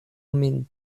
min